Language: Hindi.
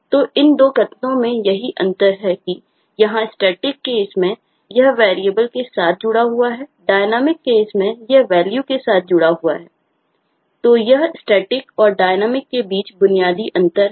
तो इन 2 कथनों में यही अंतर है यहाँ स्टैटिक केस है